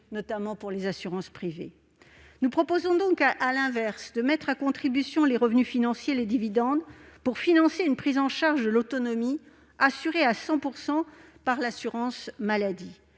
notamment pour les assurances privées. Nous proposons donc à l'inverse de mettre à contribution les revenus financiers, les dividendes, pour financer une prise en charge de l'autonomie assurée à 100 % par l'assurance maladie.